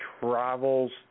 travels